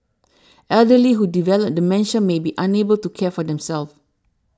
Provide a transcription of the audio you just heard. elderly who develop dementia may be unable to care for themselves